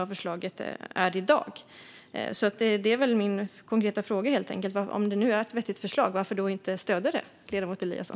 Det är min konkreta fråga: Om det är ett vettigt förslag, varför inte stödja det, ledamot Eliasson?